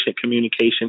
communication